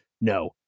No